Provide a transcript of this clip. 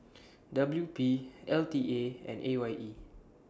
W P L T A and A Y E